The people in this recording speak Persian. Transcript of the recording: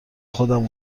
خودم